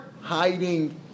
hiding